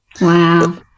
Wow